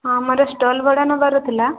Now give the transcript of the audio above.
ହଁ ଆମର ଷ୍ଟଲ୍ ଭଡ଼ା ନେବାର ଥିଲା